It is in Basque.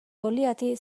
goliati